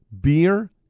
beer